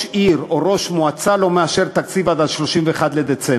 עיר או ראש מועצה לא מאשר תקציב עד 31 בדצמבר.